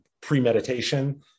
premeditation